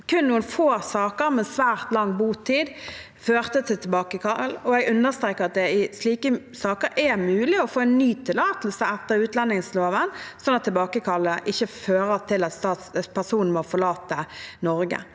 Kun noen få saker med svært lang botid førte til tilbakekall, og jeg understreker at det i slike saker er mulig å få en ny tillatelse etter utlendingsloven, slik at tilbakekallet ikke fører til at personen må forlate Norge.